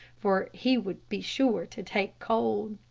for he would be sure to take cold.